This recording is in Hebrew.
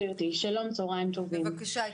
שלום, צוהריים טובים.